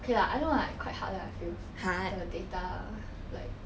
okay lah I know like quite hard lah I feel the data like